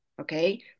Okay